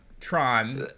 Tron